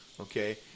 okay